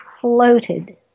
floated